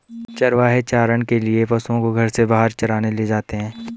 चरवाहे चारण के लिए पशुओं को घर से बाहर चराने ले जाते हैं